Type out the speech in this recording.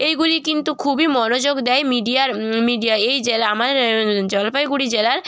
এইগুলি কিন্তু খুবই মনোযোগ দেয় মিডিয়ার মিডিয়া এই জেলা আমার জলপাইগুড়ি জেলার